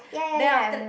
then after that